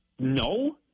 No